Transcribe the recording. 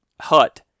hut